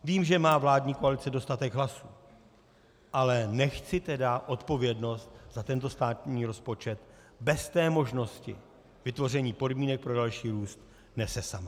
Vím, že má vládní koalice dostatek hlasů, ale nechť si odpovědnost za tento státní rozpočet bez možnosti vytvoření podmínek pro další růst, nese sama.